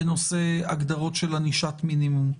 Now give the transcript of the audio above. בנושא הגדרות של ענישת מינימום.